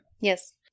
Yes